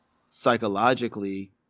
psychologically